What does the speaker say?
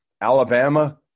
Alabama